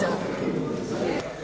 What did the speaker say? Hvala.